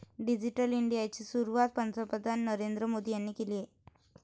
digital इंडियाची सुरुवात पंतप्रधान नरेंद्र मोदी यांनी केली